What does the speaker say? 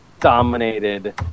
dominated